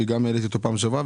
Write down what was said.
שגם העליתי אותו בפעם שעברה,